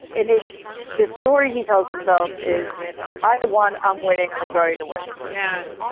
and it's the story he tells himself is i won. i'm winning. i'm going to win. yeah.